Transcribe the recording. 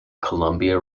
columbia